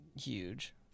huge